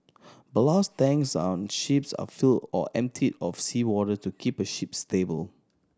ballast tanks on ships are filled or emptied of seawater to keep a ship stable